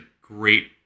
great